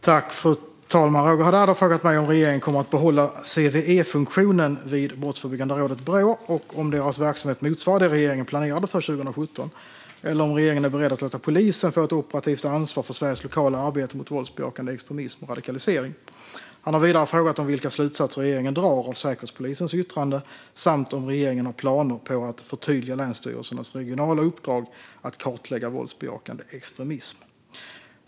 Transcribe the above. Fru talman! Roger Haddad har frågat mig om regeringen kommer att behålla CVE-funktionen vid Brottsförebyggande rådet, Brå, och om deras verksamhet motsvarar det regeringen planerade för 2017 eller om regeringen är beredd att låta polisen få ett operativt ansvar för Sveriges lokala arbete mot våldsbejakande extremism och radikalisering. Han har vidare frågat vilka slutsatser regeringen drar av Säkerhetspolisens yttrande samt om regeringen har planer på att förtydliga länsstyrelsernas regionala uppdrag att kartlägga våldsbejakande extremism.